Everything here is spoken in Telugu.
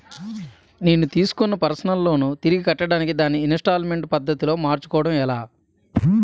నేను తిస్కున్న పర్సనల్ లోన్ తిరిగి కట్టడానికి దానిని ఇంస్తాల్మేంట్ పద్ధతి లో మార్చుకోవడం ఎలా?